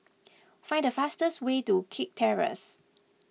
find the fastest way to Kirk Terrace